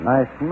Nice